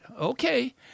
okay